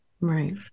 Right